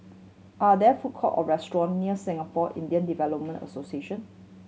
are there food court or restaurant near Singapore Indian Development Association